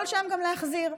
יכול שם גם להחזיר,